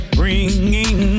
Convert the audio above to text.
bringing